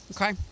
Okay